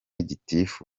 gitifu